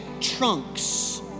trunks